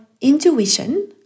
intuition